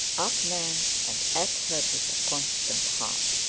up, man, and at her with a constant heart.